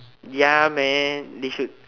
ya man they should